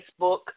Facebook